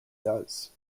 does